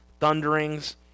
thunderings